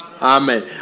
Amen